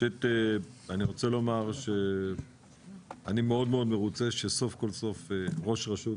אני רוצה לומר שאני מאוד מאוד מרוצה שסוף סוף ראש רשות